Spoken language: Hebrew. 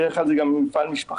בדרך כלל זה גם מפעל משפחתי,